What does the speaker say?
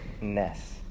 ness